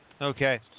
Okay